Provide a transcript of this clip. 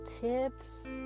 tips